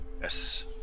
Yes